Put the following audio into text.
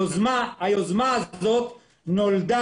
היוזמה הזאת נולדה